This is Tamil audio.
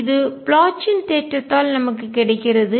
இது ப்ளோச்சின் தேற்றத்தால் நமக்கு கிடைக்கிறது